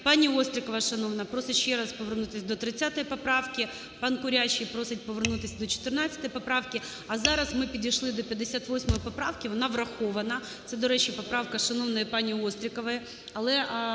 пані Острікова шановна просить ще раз повернутися до 30 поправки, пан Курячий просить повернутися до 14 поправки. А зараз ми підійшли до 58 поправки, вона врахована, це, до речі, поправка шановної пані Острікової.